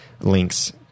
links